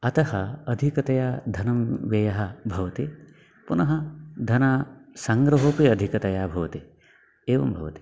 अतः अधिकतया धनं व्ययः भवति पुनः धनस्य सङ्ग्रहोपि अधिकतया भवति एवं भवति